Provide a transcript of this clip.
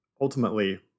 ultimately